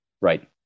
right